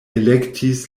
elektis